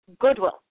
Goodwill